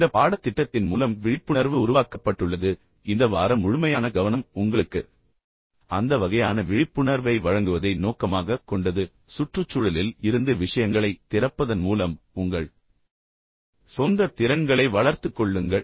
இந்த பாடத்திட்டத்தின் மூலம் விழிப்புணர்வு உருவாக்கப்பட்டுள்ளது குறிப்பாக இந்த வாரம் முழுமையான கவனம் உங்களுக்கு அந்த வகையான விழிப்புணர்வை வழங்குவதை நோக்கமாகக் கொண்டது ஆனால் சுற்றுச்சூழலில் இருந்து விஷயங்களைத் திறப்பதன் மூலம் உங்கள் சொந்த திறன்களை வளர்த்துக் கொள்ளுங்கள்